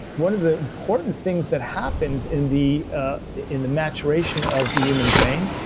one of the important things that happens in the ah in the maturation of the human brain,